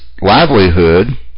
livelihood